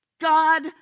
God